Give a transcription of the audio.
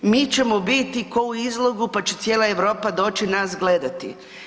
Mi ćemo biti kao u izlogu pa će cijela Europa doći nas gledati.